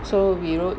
so we wrote